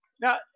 Now